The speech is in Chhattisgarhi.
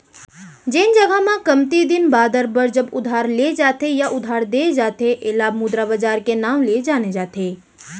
जेन जघा म कमती दिन बादर बर जब उधार ले जाथे या उधार देय जाथे ऐला मुद्रा बजार के नांव ले जाने जाथे